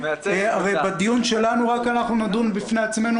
הרי בדיון שלנו רק אנחנו נדון בפני עצמנו.